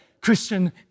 Christian